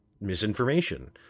misinformation